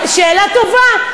שאלה טובה.